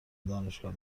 دانشگاه